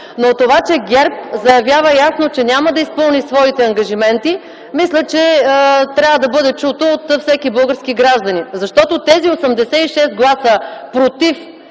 но това, че ГЕРБ заявява ясно, че няма да изпълни своите ангажименти, мисля, че трябва да бъде чуто от всеки български гражданин. Тези 86 гласа „против”